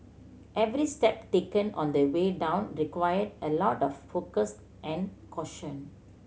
every step taken on the way down required a lot of focus and caution